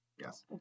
Yes